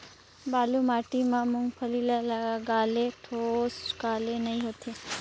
बालू माटी मा मुंगफली ला लगाले ठोस काले नइ होथे?